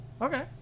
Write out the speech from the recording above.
Okay